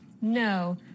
No